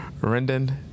Rendon